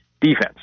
defense